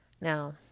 Now